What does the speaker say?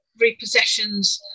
repossessions